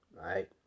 right